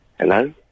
Hello